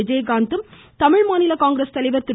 விஜயகாந்த்தும் தமிழ் மாநில காங்கிரஸ் தலைவர் திரு